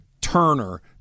Turner